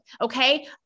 Okay